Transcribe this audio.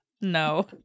No